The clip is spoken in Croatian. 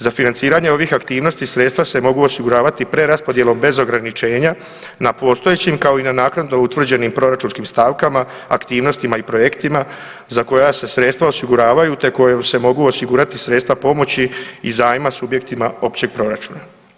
Za financiranje ovih aktivnosti sredstva se mogu osiguravati preraspodjelom bez ograničenja na postojećim, kao i na naknadno utvrđenim proračunskih stavkama, aktivnostima i projektima, za koja se sredstva osiguravaju te kojom se mogu osigurati sredstva pomoći i zajma subjektima općeg proračuna.